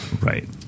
Right